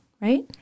right